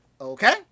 okay